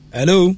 Hello